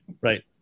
Right